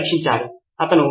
నితిన్ కురియన్ అవును